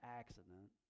accident